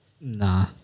Nah